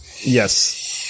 Yes